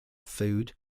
food